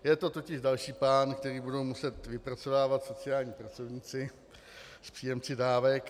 Je to totiž další plán, který budou muset vypracovávat sociální pracovníci s příjemci dávek.